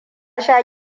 sha